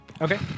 Okay